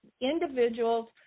individuals